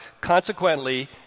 Consequently